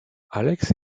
alex